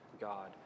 God